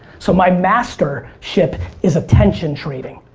so my master ship is attention trading,